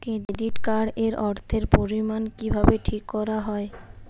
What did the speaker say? Credit card এর অর্থের পরিমান কিভাবে ঠিক করা হয়?